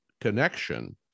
connection